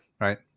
right